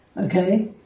Okay